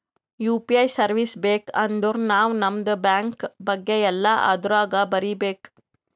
you P I service ಬೇಕ್ ಅಂದರ್ ನಾವ್ ನಮ್ದು ಬ್ಯಾಂಕ ಬಗ್ಗೆ ಎಲ್ಲಾ ಅದುರಾಗ್ ಬರೀಬೇಕ್